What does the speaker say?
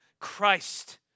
Christ